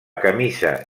camisa